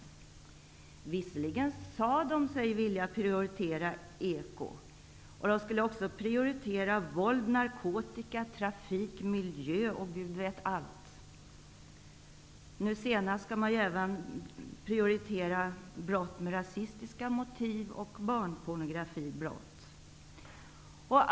De sade sig visserligen vilja prioritera ekobrotten, och de skulle också prioritera vålds-, narkotika-, trafik-, miljöbrott m.m. Nu senast gäller det även att prioritera brott med rasistiska motiv och barnpornografibrott.